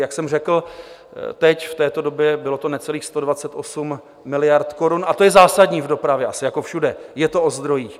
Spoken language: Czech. Jak jsem řekl, teď v této době bylo to necelých 128 miliard korun, a to je zásadní v dopravě, asi jako všude je to o zdrojích.